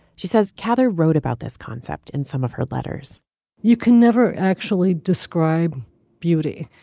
she says, cather wrote about this concept in some of her letters you can never actually describe beauty.